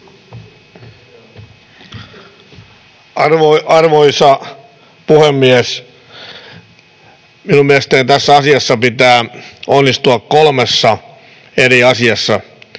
Arvoisa puhemies! Minun mielestäni tässä asiassa pitää onnistua kolmessa eri asiassa: